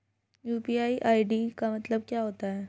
UPI ID का मतलब क्या होता है?